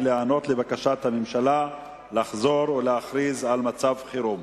היא להיענות לבקשת הממשלה לחזור ולהכריז על מצב חירום.